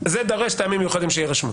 זה דורש טעמים מיוחדים שיירשמו.